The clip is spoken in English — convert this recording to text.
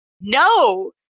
no